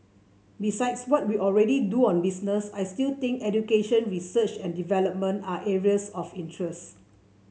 besides what we already do on business I still think education research and development are areas of interest